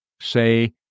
say